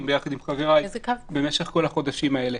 יחד עם חבריי במשך כל החודשים האלה.